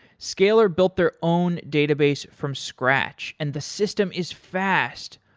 scalyr built their own database from scratch and the system is fast.